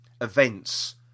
events